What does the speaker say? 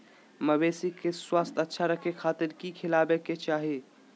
मवेसी के स्वास्थ्य अच्छा रखे खातिर की खिलावे के चाही?